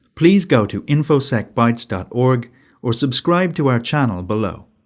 please go to infosecbytes dot org or subscribe to our channel below.